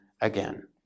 again